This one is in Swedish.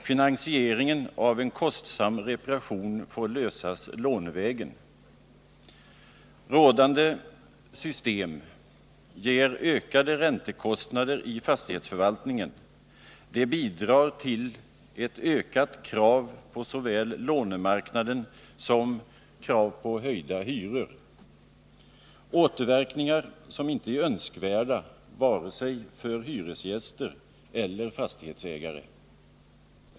Finansieringen av en kostsam reparation får lösas lånevägen. Rådande system ger ökade räntekostnader i fastighetsförvaltningen. Detta bidrar till ett ökat krav såväl på lånemarknaden som på höjda hyror, återverkningar som ej är önskvärda vare sig för hyresgäster eller fastighets Nr 96 ägare.